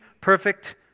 perfect